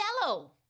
yellow